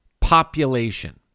population